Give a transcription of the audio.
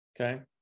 okay